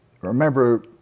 remember